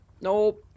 Nope